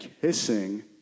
kissing